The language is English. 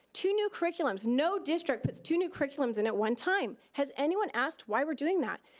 two new curriculums. no district puts two new curriculums in at one time. has anyone asked why we're doing that?